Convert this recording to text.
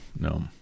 No